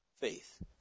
Faith